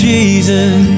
Jesus